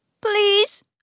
please